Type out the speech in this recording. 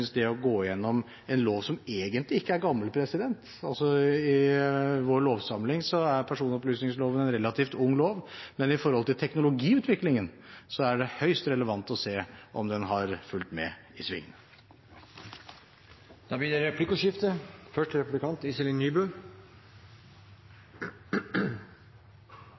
det er høyst relevant å gå gjennom en lov – som egentlig ikke er gammel, i vår lovsamling er personopplysningsloven en relativt ung lov – for å se om den har fulgt med i svingene, med tanke på teknologiutviklingen. Det blir replikkordskifte.